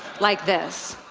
like this.